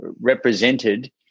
represented